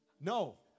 No